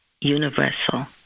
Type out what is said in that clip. universal